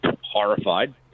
horrified